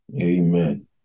Amen